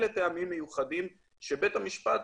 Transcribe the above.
אלה טעמים מיוחדים שביתה שמפט,